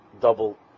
double